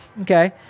Okay